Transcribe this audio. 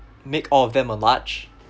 make all of them a large